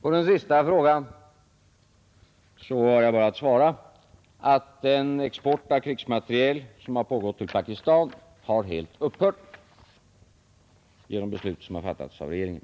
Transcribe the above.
På den sista frågan har jag bara att svara att den export av krigsmateriel som har pågått till Pakistan har helt upphört genom beslut som har fattats av regeringen.